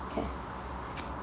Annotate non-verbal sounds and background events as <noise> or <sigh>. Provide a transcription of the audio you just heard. can <noise>